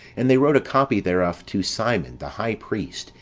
and they wrote a copy thereof to simon, the high priest,